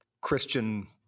Christian